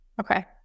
Okay